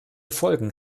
folgen